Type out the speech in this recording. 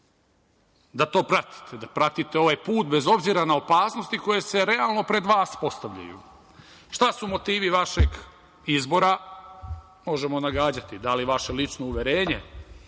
da to pratite, da pratite ovaj put bez obzira na opasnosti koje se realno pred vas postavljaju. Šta su motivi vašeg izbora? Možemo nagađati, da li vaše lično uverenje